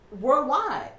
worldwide